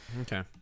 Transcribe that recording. Okay